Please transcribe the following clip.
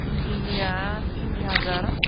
इन्दिनिया थिनि हाजार